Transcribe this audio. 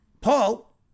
Paul